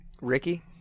Ricky